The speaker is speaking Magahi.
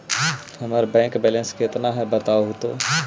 हमर बैक बैलेंस केतना है बताहु तो?